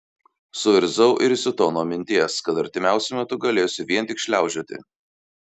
suirzau ir įsiutau nuo minties kad artimiausiu metu galėsiu vien tik šliaužioti